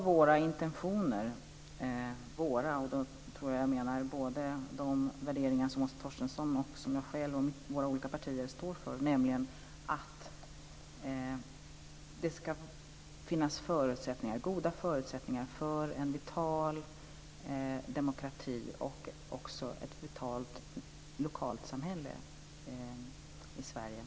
Våra intentioner - och då tror jag att jag menar både de värderingar som Åsa Torstensson och som jag själv och våra olika partier står för - är att det ska finnas goda förutsättningar för en vital demokrati och ett vitalt lokalsamhälle i Sverige.